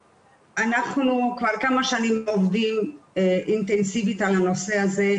אנחנו כבר כמה שנים עובדים אינטנסיבית על הנושא הזה,